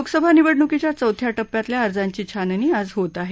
लोकसभा निवडणुकीच्या चौथ्या टप्प्यातल्या अर्जाची छाननी आज होत आहे